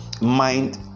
mind